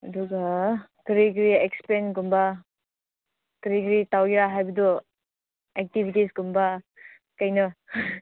ꯑꯗꯨꯒ ꯀꯔꯤ ꯀꯔꯤ ꯑꯦꯛꯁꯄꯦꯟꯒꯨꯝꯕ ꯀꯔꯤ ꯀꯔꯤ ꯇꯧꯒꯦꯔꯥ ꯍꯥꯏꯕꯗꯨ ꯑꯦꯛꯇꯤꯚꯤꯇꯤꯁꯒꯨꯝꯕ ꯀꯩꯅꯣ